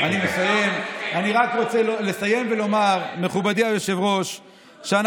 אני קובע כי הצעת החוק עברה בקריאה ראשונה,